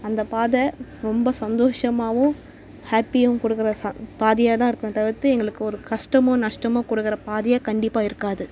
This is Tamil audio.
அந்த பாதை ரொம்ப சந்தோஷமாகவும் ஹாப்பியும் கொடுக்குற சந் பாதையாக தான் இருக்குமே தவிர்த்து எங்களுக்கு ஒரு கஸ்டமோ நஸ்டமோ கொடுக்குற பாதையாக கண்டிப்பாக இருக்காது